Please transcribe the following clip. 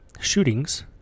shootings